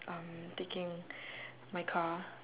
um taking my car